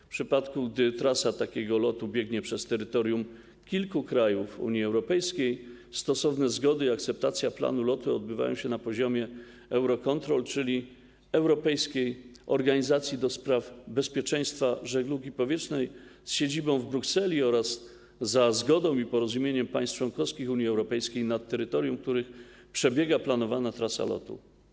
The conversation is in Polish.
W przypadku gdy trasa takiego lotu biegnie przez terytorium kilku krajów Unii Europejskiej, stosowne zgody i akceptacja planu lotu odbywają się na poziomie Eurocontrolu, czyli Europejskiej Organizacji ds. Bezpieczeństwa Żeglugi Powietrznej z siedzibą w Brukseli, oraz za zgodą i porozumieniem państw członkowskich Unii Europejskiej, nad terytorium których przebiega planowana trasa lotu.